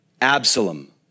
Absalom